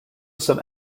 some